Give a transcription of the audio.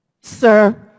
Sir